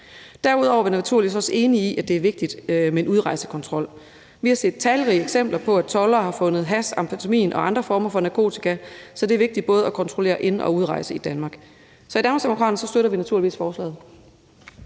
Derudover er vi naturligvis også enige i, at det er vigtigt med en udrejsekontrol. Vi har set talrige eksempler på, at toldere har fundet hash, amfetamin og andre former for narkotika, så det er vigtigt at kontrollere både ind- og udrejse i Danmark. Så i Danmarksdemokraterne støtter vi naturligvis forslaget.